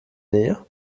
nähe